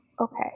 Okay